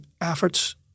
efforts